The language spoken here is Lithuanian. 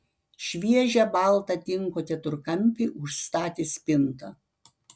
šviežią baltą tinko keturkampį užstatė spinta